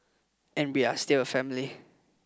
and we are still a family